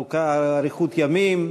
אריכות ימים,